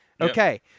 Okay